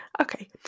Okay